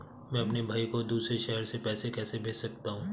मैं अपने भाई को दूसरे शहर से पैसे कैसे भेज सकता हूँ?